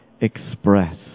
express